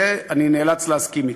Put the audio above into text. בזה אני נאלץ להסכים אתו.